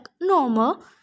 normal